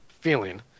feeling